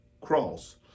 cross